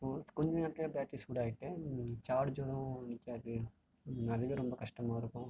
கொஞ்ச நேரத்தில் பேட்ரி சூடாகிட்டு சார்ஜரும் வீக்காக இருக்குது அதுவே ரொம்ப கஷ்டமாக இருக்கும்